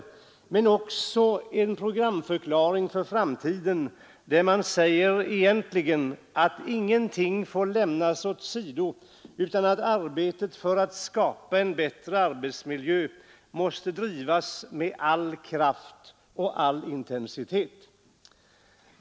Nu gör utskottet en programförklaring för framtiden som innebär att ingenting får lämnas åsido utan att arbetet för att skapa en bättre arbetsmiljö måste drivas med all kraft och all intensitet.